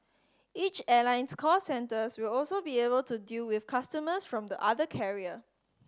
each airline's call centre will also be able to deal with customers from the other carrier